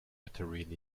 uterine